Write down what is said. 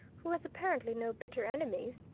who has apparently no bitter enemies,